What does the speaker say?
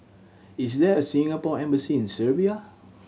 is there a Singapore Embassy in Serbia